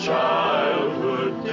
Childhood